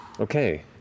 Okay